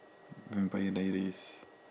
vampire dairies